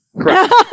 Correct